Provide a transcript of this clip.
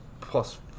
plus